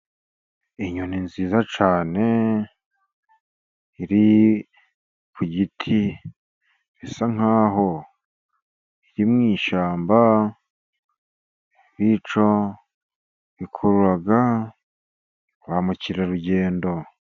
Inyoni nziza cyane iri ku giti, bisa nk'aho iri mu ishyamba, bityo bikurura ba mukerarugendo.